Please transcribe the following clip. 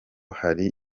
hari